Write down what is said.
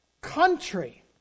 country